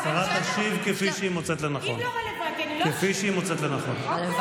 אז למה אני יושבת פה?